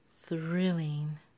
thrilling